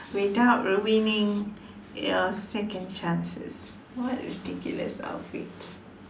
without ruining your second chances what ridiculous outfit